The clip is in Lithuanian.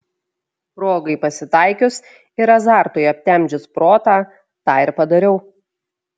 progai pasitaikius ir azartui aptemdžius protą tą ir padariau